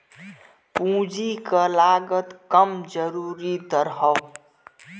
पूंजी क लागत कम जरूरी दर हौ